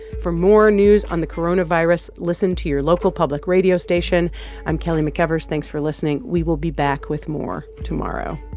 for more news on the coronavirus, listen to your local public radio station i'm kelly mcevers. thanks for listening. we will be back with more tomorrow